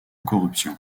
corruption